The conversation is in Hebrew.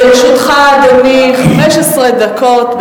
לרשותך, אדוני, 15 דקות.